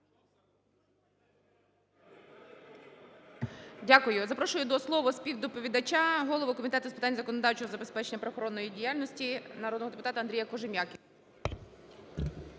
Дякую. Запрошую до слова співдоповідача - голову Комітету з питань законодавчого забезпечення правоохоронної діяльності народного депутата Андрія Кожем'якіна.